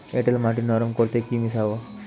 এঁটেল মাটি নরম করতে কি মিশাব?